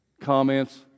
comments